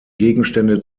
gegenstände